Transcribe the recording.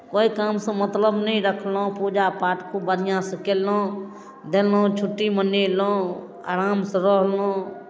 कोइ कामसँ मतलब नहि रखलहुँ पूजा पाठ खूब बढ़िआँसँ केलहुँ देलहुँ छुट्टी मनेलहुँ आरामसँ रहलहुँ